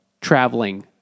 traveling